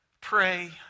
pray